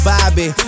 Bobby